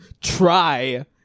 try